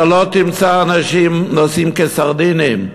אתה לא תמצא אנשים נוסעים כסרדינים,